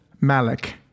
Malik